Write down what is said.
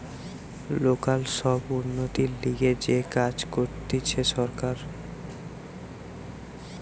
local সব উন্নতির লিগে যে কাজ করতিছে সরকার